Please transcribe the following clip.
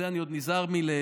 זה אני עוד נזהר מלהחריף,